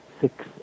six